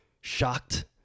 shocked